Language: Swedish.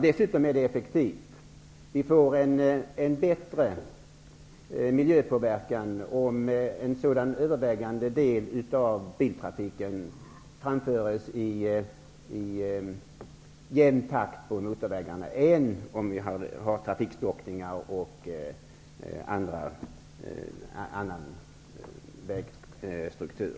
Dessutom är det effektivt. Vi får en mindre miljöpåverkan om en sådan övervägande del av biltrafiken framförs i jämn takt på motorvägarna än om vi har trafikstockningar på andra typer av vägar.